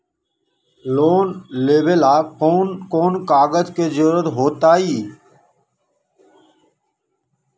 Loan लेवेला कौन कौन कागज के जरूरत होतई?